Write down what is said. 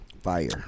Fire